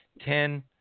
ten